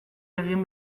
egin